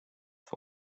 for